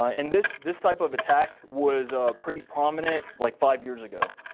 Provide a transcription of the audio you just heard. ah and this this type of attack was pretty prominent like five years ago.